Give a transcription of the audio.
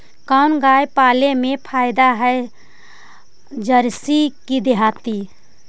कोन गाय पाले मे फायदा है जरसी कि देहाती?